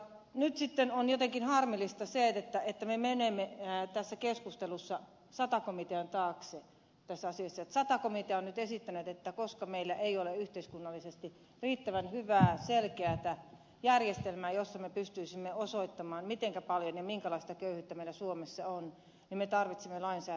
nyt sitten on jotenkin harmillista se että me menemme tässä keskustelussa sata komitean taakse tässä asiassa että sata komitea on nyt esittänyt että koska meillä ei ole yhteiskunnallisesti riittävän hyvää selkeätä järjestelmää jossa me pystyisimme osoittamaan mitenkä paljon ja minkälaista köyhyyttä meillä suomessa on niin me tarvitsemme lainsäädännön sen osalle